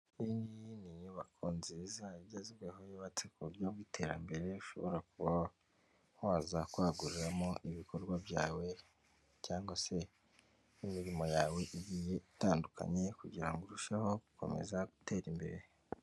Iyi ni inyubako nziza igezweho yubatse ku buryo bw'iterambere, ushobora waza kwaguriramo ibikorwa byawe cyangwa se'imirimo yawe igiye itandukanye kugirango ngo urusheho gukomeza gutera imbere.